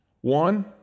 One